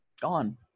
gone